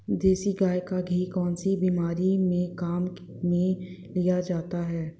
देसी गाय का घी कौनसी बीमारी में काम में लिया जाता है?